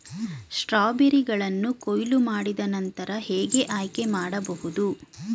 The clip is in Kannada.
ಸ್ಟ್ರಾಬೆರಿಗಳನ್ನು ಕೊಯ್ಲು ಮಾಡಿದ ನಂತರ ಹೇಗೆ ಆಯ್ಕೆ ಮಾಡಬಹುದು?